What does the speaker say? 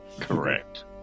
Correct